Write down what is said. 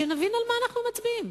שנבין על מה אנחנו מצביעים.